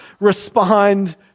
respond